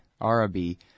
Arabi